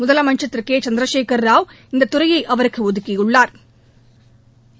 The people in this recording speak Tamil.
முதலமைச்சா் திரு கே சந்திரகேகர ராவ் இந்த துறையை அவருக்கு ஒதுக்கியுள்ளாா்